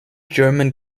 german